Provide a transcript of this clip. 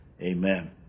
Amen